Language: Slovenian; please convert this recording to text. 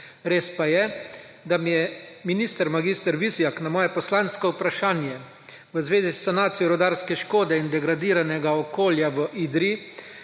Res pa je, da mi je minister mag. Vizjak na moje poslansko vprašanje v zvezi s sanacijo rudarske škode in degradiranega okolja v Idriji